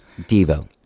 Devo